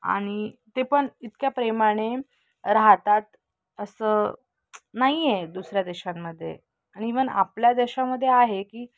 आणि ते पण इतक्या प्रेमाने राहतात असं नाही आहे दुसऱ्या देशांमध्ये आणि इव्हन आपल्या देशामध्ये आहे की